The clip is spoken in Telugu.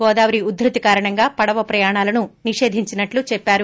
గోదావరి ఉద్యతి కారణంగా పడవ ప్రయాణాలను నిషేధించినట్లు చెప్పారు